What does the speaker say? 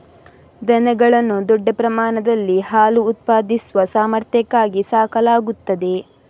ದನಗಳನ್ನು ದೊಡ್ಡ ಪ್ರಮಾಣದಲ್ಲಿ ಹಾಲು ಉತ್ಪಾದಿಸುವ ಸಾಮರ್ಥ್ಯಕ್ಕಾಗಿ ಸಾಕಲಾಗುತ್ತದೆ